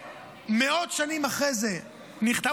שמאות שנים אחרי זה נכתב,